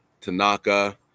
Tanaka